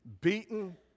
beaten